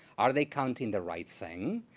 are they counting the right thing?